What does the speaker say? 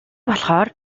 болохоор